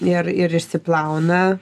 ir ir išsiplauna